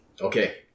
Okay